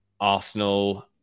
arsenal